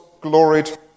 gloried